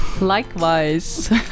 Likewise